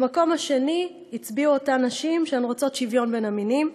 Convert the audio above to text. במקום השני הצביעו אותן נשים שהן רוצות שוויון בין המינים.